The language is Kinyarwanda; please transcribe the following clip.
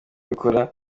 bikora